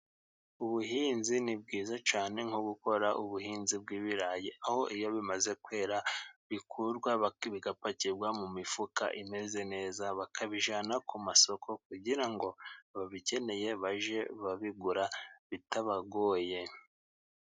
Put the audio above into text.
Ubuhinzi ni bwiza cyane. Nko gukora ubuhinzi bw'ibirayi ,aho iyo bimaze kwera bikurwa ,bigapakirwa mu mifuka imeze neza, bakabijyana ku masoko kugira ngo ababikeneye bajye babigura bitabagoye.